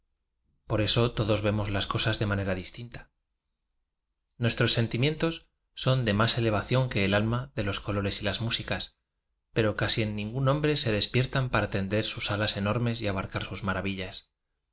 por eso to dos vemos las cosas de una manera dis tinta nuestros sentimientos son de más elevación que el alma de los colores y las músicas pero casi en ningún hombre se despiertan para tender sus alas enormes y abarcar sus maravillas